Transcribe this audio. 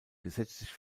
gesetzlich